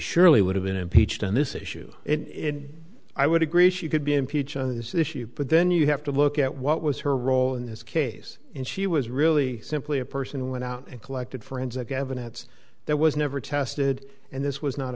surely would have been impeached on this issue and i would agree she could be impeach on this issue but then you have to look at what was her role in this case and she was really simply a person went out and collected forensic evidence that was never tested and this was not